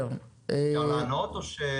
אפשר לענות, או שאתם ---?